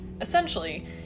Essentially